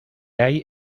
hay